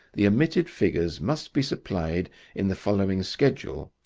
the omitted figures must be supplied in the following schedule,